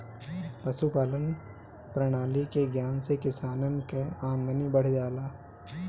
पशुपालान प्रणाली के ज्ञान से किसानन कअ आमदनी बढ़ जाला